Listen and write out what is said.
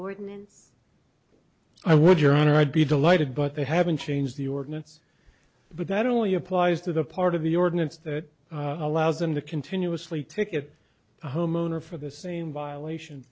ordinance i would your honor i'd be delighted but they haven't changed the ordinance but that only applies to the part of the ordinance that allows them to continuously ticket the homeowner for the same violation